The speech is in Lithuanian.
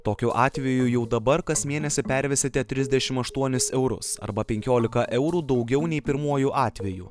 tokiu atveju jau dabar kas mėnesį pervesite trisdešim aštuonis eurus arba penkiolika eurų daugiau nei pirmuoju atveju